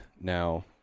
now